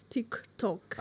TikTok